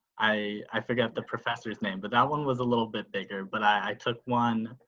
i i forgot the professor's name, but that one was a little bit bigger, but i took one